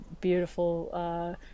beautiful